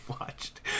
watched